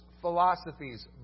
philosophies